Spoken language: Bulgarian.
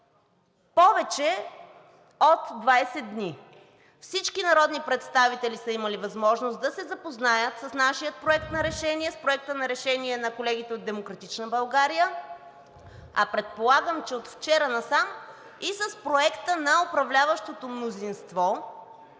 повече от 20 дни. Всички народни представители са имали възможност да се запознаят с нашия проект на решение, с Проекта на решение на колегите от „Демократична България“, а предполагам, че от вчера насам и с Проекта на управляващото мнозинство,